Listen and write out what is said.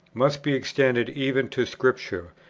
must be extended even to scripture,